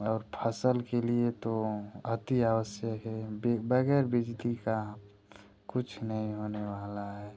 और फसल के लिए तो अति आवश्यक है बगैर बिजली का कुछ नहीं होने वाला है